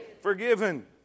forgiven